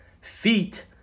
Feet